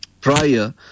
prior